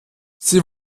sie